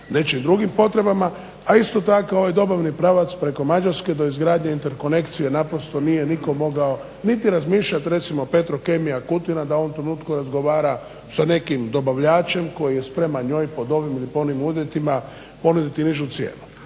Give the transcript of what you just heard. nečijim drugim potrebama. A isto tako ovaj dobavni pravac preko Mađarske do izgradnje interkonekcije naprosto nije nitko mogao niti razmišljat, recimo Petrokemija Kutina da u ovom trenutku razgovara sa nekim dobavljačem koji je spreman njoj pod ovim ili onim uvjetima ponuditi nižu cijenu.